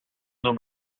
nos